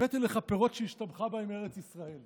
אז הבאתי לך פירות שהשתבחה בהם ארץ ישראל.